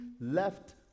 left